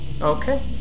Okay